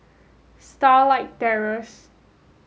Starlight Terrace